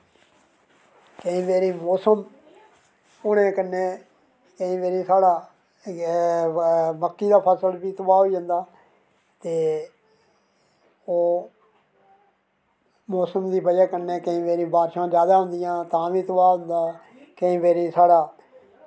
एह् जेह्ड़ी मौसम होने कन्नै केईं बारी साढ़ा मक्की दा फसल बी तबाह होई जंदा ते मौसम दी बजह् कन्नै केईं बारी बारिशां जैदा होंदियां तां बी तबाह् होई जंदा केईं बारी साढ़ा